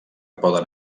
poden